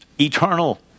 eternal